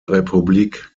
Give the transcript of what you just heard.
republik